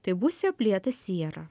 tai būsi aplietas siera